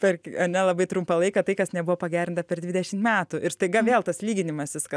per ane labai trumpą laiką tai kas nebuvo pagerinta per dvidešim metų ir staiga vėl tas lyginimasis kad